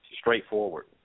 straightforward